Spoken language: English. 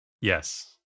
Yes